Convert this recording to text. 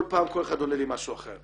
כל פעם כל אחד עונה לי משהו אחר.